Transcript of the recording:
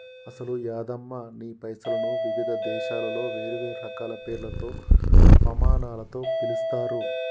అసలు యాదమ్మ నీ పైసలను వివిధ దేశాలలో వేరువేరు రకాల పేర్లతో పమానాలతో పిలుస్తారు